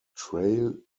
trail